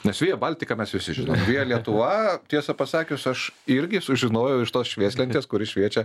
nes via baltica mes visi žinom via lietuva tiesą pasakius aš irgi sužinojau iš tos švieslentės kuri šviečia